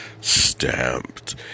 stamped